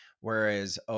whereas